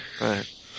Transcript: Right